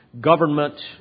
government